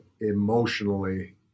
emotionally